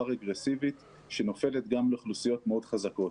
רגרסיבית שנופלת גם לאוכלוסיות מאוד חזקות,